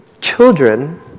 children